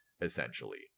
essentially